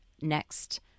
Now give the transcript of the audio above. next